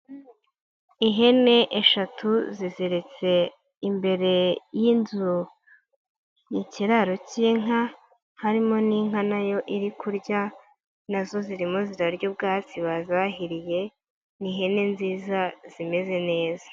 Ihene eshatu ziziritse imbere y'inzu ni ikiraro cy'inka, harimo n'inka nayo iri kurya nazo zirimo zirarya ubwatsi bazahiriye, ni ihene nziza zimeze neza.